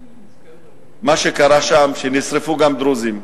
מה שקרה שם, שנשרפו גם דרוזים.